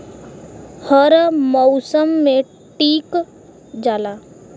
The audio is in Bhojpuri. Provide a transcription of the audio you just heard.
हर मउसम मे टीक जाला